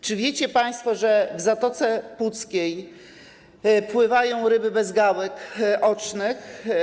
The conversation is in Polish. Czy wiecie państwo, że w Zatoce Puckiej pływają ryby bez gałek ocznych?